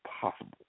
possible